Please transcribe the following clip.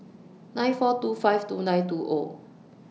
nine four two five two nine two O